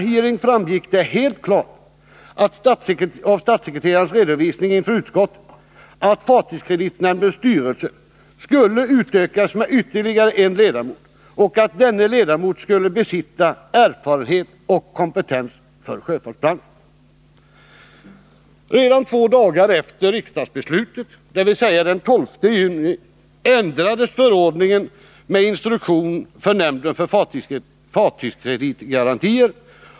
Det framgick helt klart av statssekreterarens redovisning inför utskottet att fartygskreditnämndens styrelse skulle utökas med ytterligare en ledamot och att denna ledamot skulle besitta erfarenhet och kompetens i sjöfartsbranschen. Redan två dagar efter riksdagsbeslutet, dvs. den 12 juni, ändrades förordningen med instruktion för nämnden för fartygskreditgarantier.